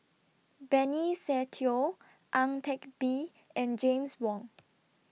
Benny Se Teo Ang Teck Bee and James Wong